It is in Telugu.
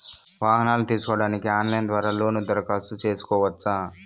వాహనాలు తీసుకోడానికి ఆన్లైన్ ద్వారా లోను దరఖాస్తు సేసుకోవచ్చా?